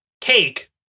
cake